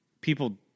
people